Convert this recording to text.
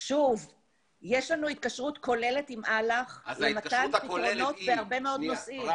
יש לנו התקשרות כוללת עם אל"ח למתן פתרונות בהרבה מאוד נושאים.